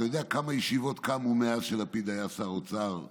אתה יודע כמה ישיבות קמו מאז שלפיד היה שר אוצר,